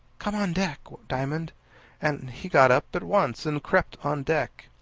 come on deck, diamond and he got up at once and crept on deck.